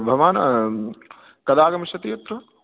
भवान् कदा आगमिष्यति अत्र